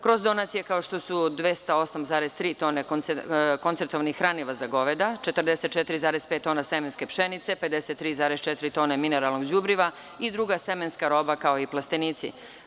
Kroz donacija kao što su 208,3 tone koncertovanih hraniva za goveda, 44,5 tona semenske pšenice, 53,4 tone mineralnog đubriva i druga semenska roba kao i plastenici.